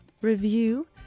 review